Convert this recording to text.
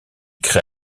crée